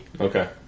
Okay